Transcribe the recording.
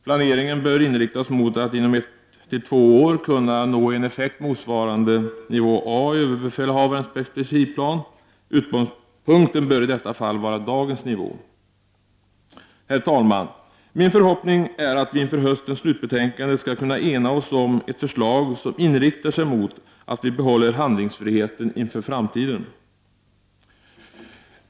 Planeringen bör inriktas mot att inom ett till två år kunna nå en effekt motsvarande nivå A i överbefälhavarens perspektivplan. Utgångspunkten bör i detta fall vara dagens nivå. Herr talman! Min förhoppning är att vi inför höstens slutbetänkande skall kunna ena oss om ett förslag som inriktar sig mot att vi behåller handlingsfriheten inför framtiden.